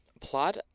Plot